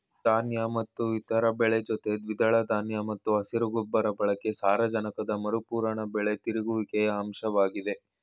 ಧಾನ್ಯ ಮತ್ತು ಇತರ ಬೆಳೆ ಜೊತೆ ದ್ವಿದಳ ಧಾನ್ಯ ಮತ್ತು ಹಸಿರು ಗೊಬ್ಬರ ಬಳಕೆ ಸಾರಜನಕದ ಮರುಪೂರಣ ಬೆಳೆ ತಿರುಗುವಿಕೆಯ ಅಂಶವಾಗಿದೆ